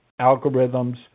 algorithms